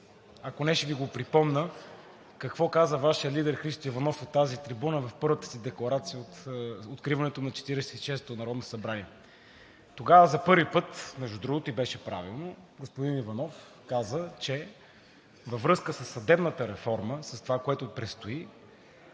ако не, ще Ви припомня какво каза Вашият лидер Христо Иванов от тази трибуна в първата си декларация от откриването на 46-ото народно събрание? Тогава за първи път, между другото, и беше правилно, господин Иванов каза, че във връзка със съдебната реформа и с това, което предстои,